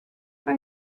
for